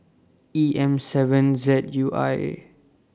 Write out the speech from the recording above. E M seven Z U I